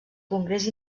congrés